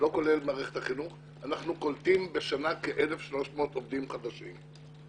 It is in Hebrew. אנחנו קולטים בשנה כ-1,300 עובדים חדשים.